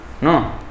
No